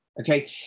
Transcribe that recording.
Okay